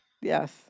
Yes